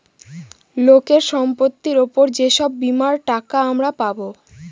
লোকের সম্পত্তির উপর যে সব বীমার টাকা আমরা পাবো